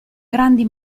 grandi